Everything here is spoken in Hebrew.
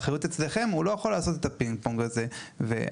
שוב,